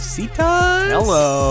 Hello